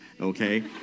okay